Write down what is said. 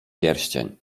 pierścień